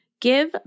Give